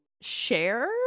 share